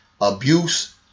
Abuse